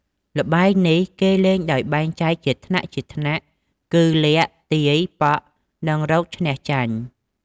ល្បែងនេះគេលេងដោយបែងចែកជាថ្នាក់ៗគឺ លាក់ ទាយ ប៉ក់ និង រកឈ្នះចាញ់។